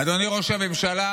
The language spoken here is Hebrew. אדוני ראש הממשלה,